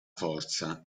forza